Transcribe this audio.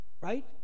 Right